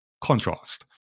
Contrast